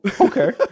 okay